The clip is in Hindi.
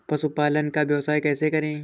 पशुपालन का व्यवसाय कैसे करें?